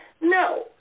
No